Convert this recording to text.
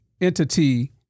entity